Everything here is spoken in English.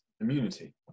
immunity